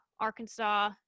arkansas